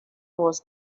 was